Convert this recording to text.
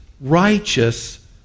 righteous